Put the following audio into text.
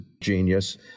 genius